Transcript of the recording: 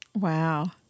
Wow